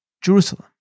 Jerusalem